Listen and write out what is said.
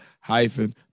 hyphen